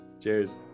Cheers